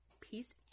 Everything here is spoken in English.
Peace